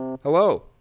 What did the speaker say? Hello